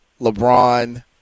LeBron